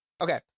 Okay